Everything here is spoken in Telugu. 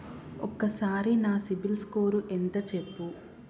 ఒక్కసారి నా సిబిల్ స్కోర్ ఎంత చెప్పు?